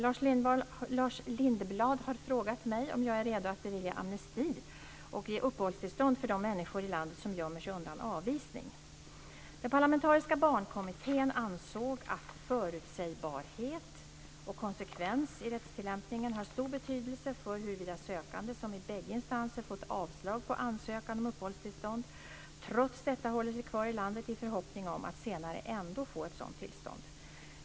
Fru talman! Lars Lindblad har frågat mig om jag är redo att bevilja amnesti och ge uppehållstillstånd för de människor i landet som gömmer sig undan avvisning. Den parlamentariska Barnkommittén ansåg att förutsägbarhet och konsekvens i rättstillämpningen har stor betydelse för huruvida sökande, som i bägge instanser fått avslag på ansökan om uppehållstillstånd, trots detta håller sig kvar i landet i förhoppning om att senare ändå få ett sådant tillstånd.